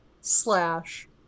slash